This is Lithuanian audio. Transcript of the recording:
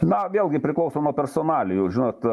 na vėlgi priklauso nuo personalijų žinot